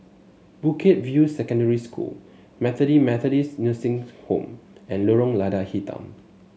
Bukit View Secondary School Bethany Methodist Nursing's Home and Lorong Lada Hitam